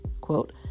quote